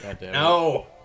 No